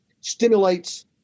stimulates